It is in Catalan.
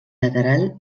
lateral